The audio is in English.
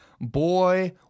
Boy